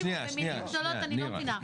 תקשיבו, במילים גדולות אני לא מבינה.